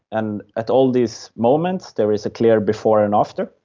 and at all these moments there is a clear before and after.